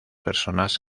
personas